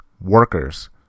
workers